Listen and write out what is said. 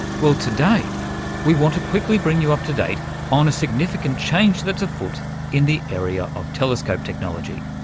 well, today we want to quickly bring you up to date on a significant change that's afoot in the area of telescope technology.